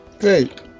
great